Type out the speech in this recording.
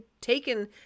taken